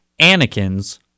Anakin's